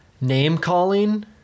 name-calling